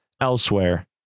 elsewhere